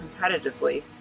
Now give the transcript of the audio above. competitively